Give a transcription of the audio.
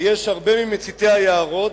ויש הרבה ממציתי היערות,